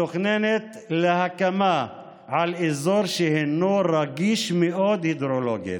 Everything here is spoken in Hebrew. מתוכננת להקמה על אזור שהוא רגיש מאוד הידרולוגית.